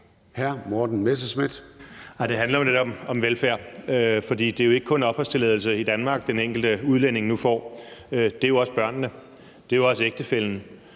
det handler jo netop om velfærd, for det er ikke kun opholdstilladelse i Danmark, den enkelte udlænding nu får; det er jo også børnene, det er jo også ægtefællen.